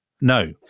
No